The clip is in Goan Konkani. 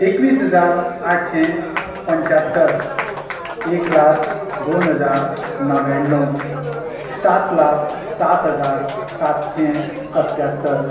एकवीस हजार आठशें पंचात्तर एक लाख दोन हजार णव्याण णव सात लाख सात हजार सातशें सत्यात्तर